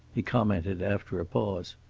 he commented after a pause.